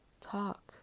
talk